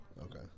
okay